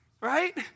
right